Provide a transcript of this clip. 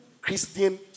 christian